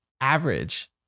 average